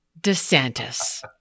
DeSantis